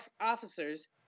officers